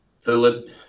Philip